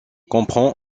comprend